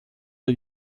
are